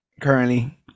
currently